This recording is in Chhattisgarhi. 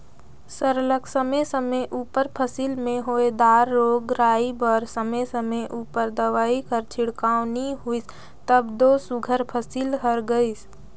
सरलग समे समे उपर फसिल में होए दार रोग राई बर समे समे उपर दवई कर छिड़काव नी होइस तब दो सुग्घर फसिल हर गइस